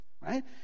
right